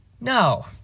No